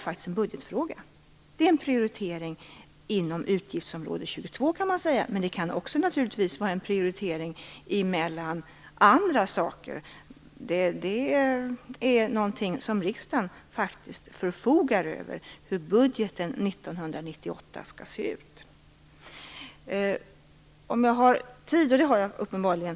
Man kan säga att det är fråga om en prioritering inom utgiftsområde 22, men det kan naturligtvis också vara fråga om en prioritering emellan andra saker. Detta är någonting som riksdagen faktiskt förfogar över - hur budgeten 1998 skall se ut. Uppenbarligen har jag talartid kvar.